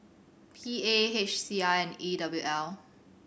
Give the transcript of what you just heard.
P A H C I and E W L